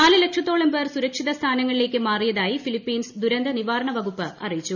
നാല് ലക്ഷത്തോളം പ്പേർ സുരക്ഷിത സ്ഥാനങ്ങളിലേക്ക് മാറിയാതായി ഫിലീപ്പീൻസ് ദുരന്ത നിവാരണ വകുപ്പ് അറിയിച്ചു